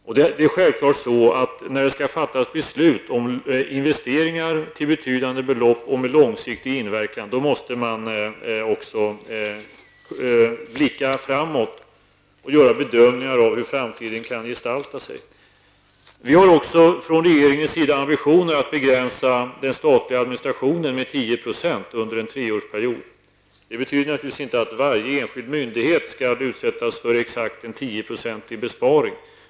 När det skall fattas beslut om investeringar med långsiktig inverkan till betydande belopp måste man självfallet också blicka framåt och göra bedömningar av hur framtiden kan gestalta sig. Regeringen har också ambitionen att begränsa den statliga administrationen med 10 % under en treårsperiod. Det betyder naturligtvis inte att varje enskild myndighet skall utsättas för exakt en 10 procentig besparing.